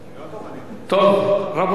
רבותי,